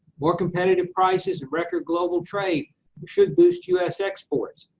more competitive prices, and record global trade should boost u s. exports,